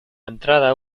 entrada